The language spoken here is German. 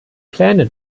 pläne